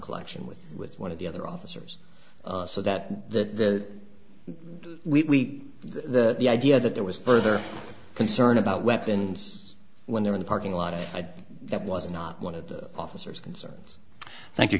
collection with with one of the other officers so that that we that the idea that there was further concern about weapons when they're in the parking lot of that was not one of the officers concerns thank you